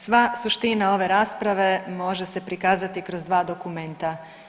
Sva suština ove rasprave može se prikazati kroz dva dokumenta.